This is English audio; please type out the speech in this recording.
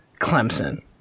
Clemson